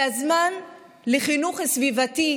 זה הזמן לחינוך סביבתי.